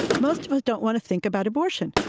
most of us don't want to think about abortion,